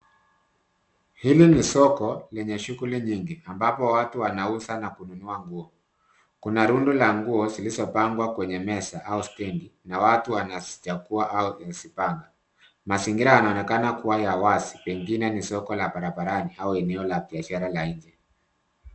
Hili ni soko linashughuli nyingi ambapo watu wanauza na kununua nguo kuna rundo ya nguo zilizopangwa kwenye meza au stendi na watu wanazichagua au kuzipanga mazingira yanaonekana kuwa ni ya wazi pengine ni soko la barabarani au la biashara la nje.